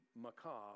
macabre